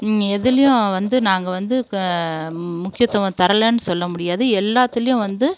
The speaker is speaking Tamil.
எதிலையும் வந்து நாங்கள் வந்து முக்கியத்துவம் தரலைன்னு சொல்ல முடியாது எல்லாத்துலேயும் வந்து